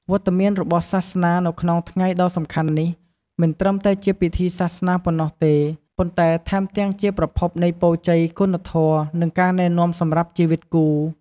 វត្តមានរបស់សាសនានៅក្នុងថ្ងៃដ៏សំខាន់នេះ មិនត្រឹមតែជាពិធីសាសនាប៉ុណ្ណោះទេ ប៉ុន្តែថែមទាំងជាប្រភពនៃពរជ័យ គុណធម៌ និងការណែនាំសម្រាប់ជីវិតគូ។